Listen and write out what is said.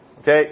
okay